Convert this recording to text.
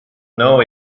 know